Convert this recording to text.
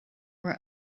were